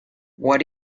what